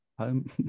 home